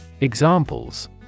Examples